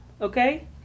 okay